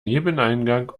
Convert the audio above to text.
nebeneingang